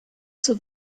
zur